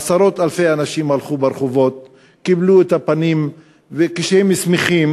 עשרות-אלפי אנשים הלכו ברחובות וקיבלו את פניו כשהם שמחים.